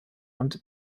und